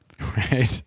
right